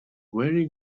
very